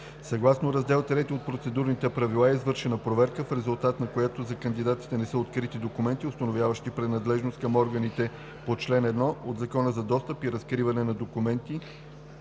Съгласно Раздел III от Процедурните правила е извършена проверка, в резултат на която за кандидатите не са открити документи, установяващи принадлежност към органите по чл. 1 от Закона за достъп и разкриване на документи